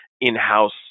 in-house